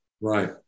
Right